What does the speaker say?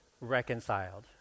reconciled